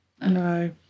No